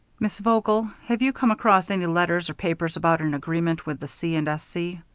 miss vogel, have you come across any letters or papers about an agreement with the c. and s. c?